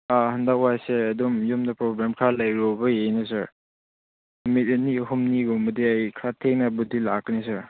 ꯑꯥ ꯍꯟꯗꯛ ꯋꯥꯏꯁꯦ ꯑꯗꯨꯝ ꯌꯨꯝꯗ ꯄ꯭ꯔꯣꯕ꯭ꯂꯦꯝ ꯈꯔ ꯂꯩꯔꯨꯕꯒꯤꯅꯦ ꯁꯥꯔ ꯅꯨꯃꯤꯠ ꯑꯅꯤ ꯍꯨꯝꯅꯤꯒꯨꯝꯕꯗꯤ ꯑꯩ ꯈꯔ ꯊꯦꯡꯅꯕꯨꯗꯤ ꯂꯥꯛꯀꯅꯤ ꯁꯥꯔ